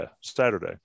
Saturday